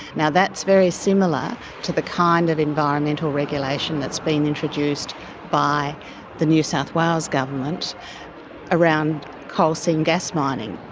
now, that's very similar to the kind of environmental regulation that's been introduced by the new south wales government around coal seam gas mining.